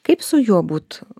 kaip su juo būtų